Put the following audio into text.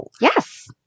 Yes